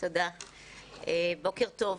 בוקר טוב.